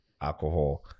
alcohol